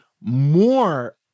more